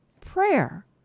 prayer